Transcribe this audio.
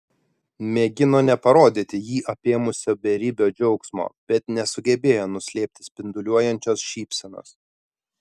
mėgino neparodyti jį apėmusio beribio džiaugsmo bet nesugebėjo nuslėpti spinduliuojančios šypsenos